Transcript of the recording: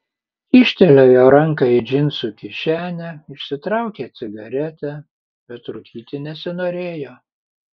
kyštelėjo ranką į džinsų kišenę išsitraukė cigaretę bet rūkyti nesinorėjo